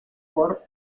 por